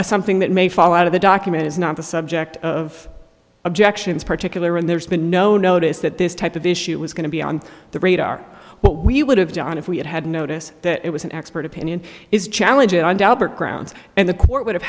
a something that may fall out of the document is not the subject of objections particularly when there's been no notice that this type of issue was going to be on the radar what we would have done if we had had notice that it was an expert opinion is challenging i doubt it grounds and the court would have